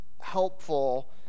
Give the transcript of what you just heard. helpful